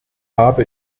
habe